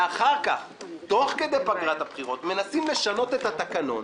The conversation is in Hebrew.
ואחר כך תוך כדי פגרת הבחירות מנסים לשנות את התקנון,